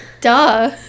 duh